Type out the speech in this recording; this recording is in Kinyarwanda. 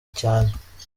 cyane